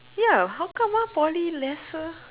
yeah how come ah Poly lesser